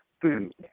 food